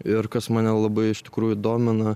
ir kas mane labai iš tikrųjų domina